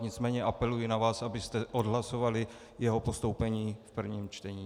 Nicméně apeluji na vás, abyste odhlasovali jeho postoupení v prvním čtení.